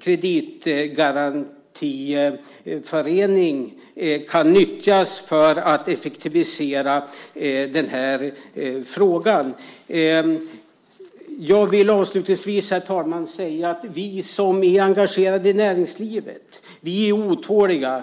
kreditgarantiförening - kan nyttjas för att effektivisera den här frågan. Jag vill avslutningsvis säga att vi som är engagerade i näringslivet är otåliga.